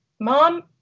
mom